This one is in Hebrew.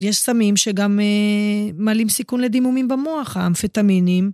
יש סמים שגם מעלים סיכון לדימומים במוח, האמפטמינים.